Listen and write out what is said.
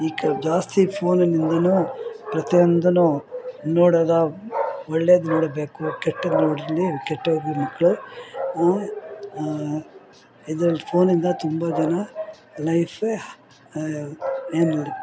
ಈ ಜಾಸ್ತಿ ಫೋನಿನಿಂದಲೂ ಪ್ರತಿಯೊಂದೂ ನೋಡೋದು ಒಳ್ಳೇದು ನೋಡಬೇಕು ಕೆಟ್ಟದ್ದು ನೋಡಿ ಮಕ್ಕಳು ಇದು ಫೋನಿಂದ ತುಂಬ ಜನ ಲೈಫೇ ಏನು ನೋಡಿ